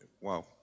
wow